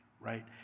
right